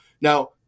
Now